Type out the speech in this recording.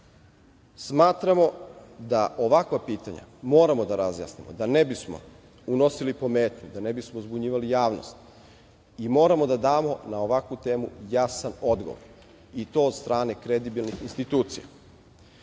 tome. Smatramo da ovakva pitanja moramo da razjasnimo, da ne bismo unosili pometnju, da ne bismo zbunjivali javnost i moramo da damo na ovakvu temu jasan odgovor, i to od strane kredibilnih institucija,